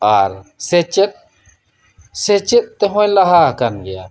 ᱟᱨ ᱥᱮᱪᱮᱫ ᱥᱮᱪᱮᱫ ᱛᱮ ᱦᱚᱸᱭ ᱞᱟᱦᱟ ᱟᱠᱟᱱ ᱜᱮᱭᱟ